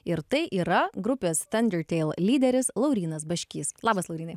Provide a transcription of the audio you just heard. ir tai yra grupės thundertale lyderis laurynas baškys labas laurynai